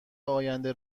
آینده